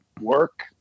work